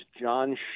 John